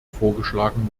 vorgeschlagen